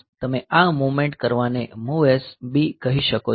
તમે આ મુવમેંટ કરવાને MOVS B કહી શકો છો